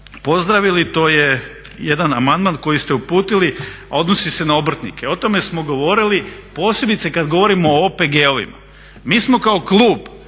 pozdravili to je jedan amandman koji ste uputili a odnosi se na obrtnike. O tome smo govorili posebice kad govorimo o OPG-ovima. Mi smo kao klub